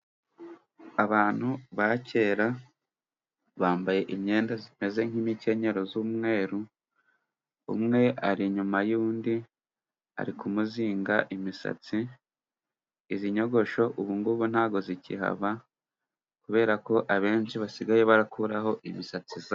Abantu ba kera bambaye imyenda imeze nk'imikenyero y'umweru. Umwe ari inyuma y'undi ari kumuzinga imisatsi. Izi nyogosho ubu ngubu ntago zikihaba, kubera ko abenshi basigaye bakuraho imisatsi yabo.